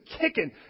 kicking